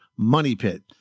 MONEYPIT